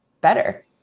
better